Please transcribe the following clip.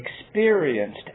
experienced